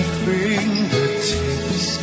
fingertips